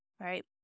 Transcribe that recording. right